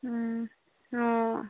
অঁ